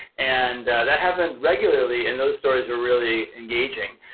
and that happened regularly and those stories were really engaging.